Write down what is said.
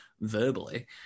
verbally